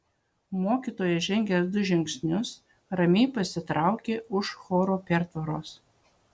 mokytojas žengęs du žingsnius ramiai pasitraukė už choro pertvaros